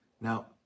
Now